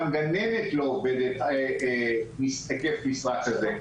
גם גננת לא עובדת בהיקף משרה כזה.